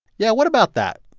yeah, what about that?